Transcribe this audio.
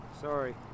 Sorry